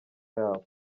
yabo